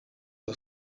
aus